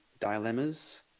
dilemmas